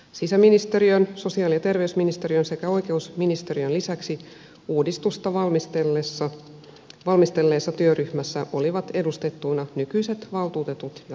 sisäministeriön sosiaali ja terveysministeriön sekä oikeusministeriön lisäksi uudistusta valmistellees sa työryhmässä olivat edustettuina nykyiset valtuutetut ja lautakunnat